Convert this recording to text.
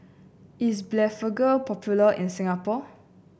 is Blephagel popular in Singapore